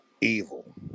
evil